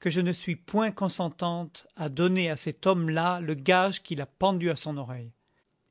que je ne suis point consentante à donner à cet homme-là le gage qu'il a pendu à son oreille